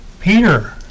Peter